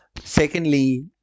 Secondly